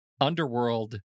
Underworld